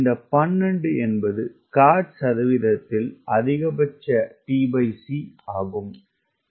இந்த 12 என்பது கார்ட் சதவீதத்தில் அதிகபட்சம் t c ஆகும்